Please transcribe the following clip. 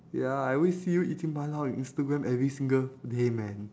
ya I always see you eating mala on instagram every single day man